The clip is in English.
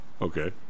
Okay